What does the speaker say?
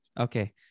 Okay